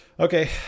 Okay